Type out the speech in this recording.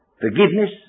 forgiveness